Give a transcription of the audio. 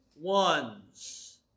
ones